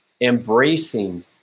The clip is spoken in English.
embracing